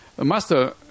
Master